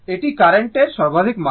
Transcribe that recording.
এটি কার্রেন্টের সর্বাধিক মান